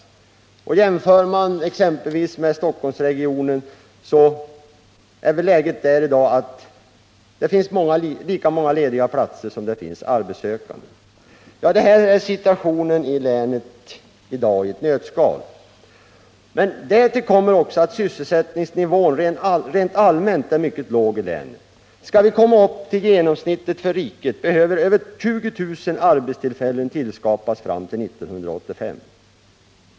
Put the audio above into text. Som en jämförelse kan vi ta Stockholmsregionen, där det i dag finns lika många lediga platser som arbetssökande. Detta är dagens situation i länet i ett nötskal. Därtill kommer att sysselsättningsnivån rent allmänt är mycket låg i länet. Om vi skall komma upp till genomsnittet för riket, behöver över 20 000 arbetstillfällen tillskapas fram till 1985.